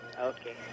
Okay